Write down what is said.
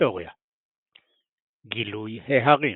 היסטוריה גילוי ההרים